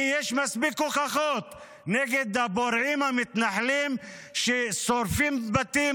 כי יש מספיק הוכחות נגד הפורעים המתנחלים ששורפים בתים,